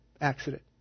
accident